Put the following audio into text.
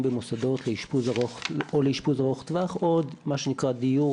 במוסדות או לאשפוז ארוך טווח או מה שנקרא דיור